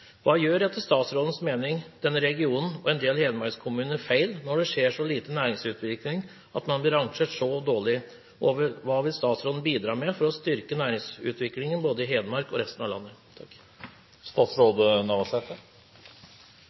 Hva gjør etter statsrådens mening denne regionen og en del hedmarkskommuner feil når det skjer så lite næringsutvikling at man blir rangert så dårlig, og hva vil statsråden bidra med for å styrke næringsutviklingen i både Hedmark og resten av landet?»